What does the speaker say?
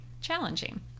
challenging